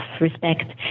respect